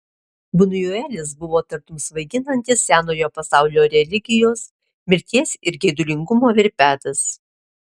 bunjuelis buvo tartum svaiginantis senojo pasaulio religijos mirties ir geidulingumo verpetas